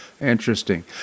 Interesting